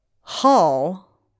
hall